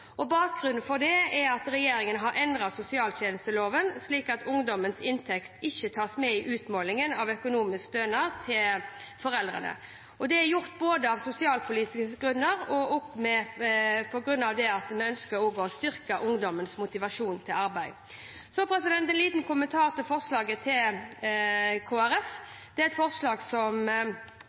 Bakgrunnen for det er at regjeringen har endret sosialtjenesteloven slik at ungdommens inntekt ikke tas med i utmålingen av økonomisk stønad til foreldrene. Det er gjort både av sosialpolitiske grunner og også på grunn av at vi ønsker å styrke ungdommens motivasjon til arbeid. Så en liten kommentar til forslaget til Kristelig Folkeparti. Det er et forslag som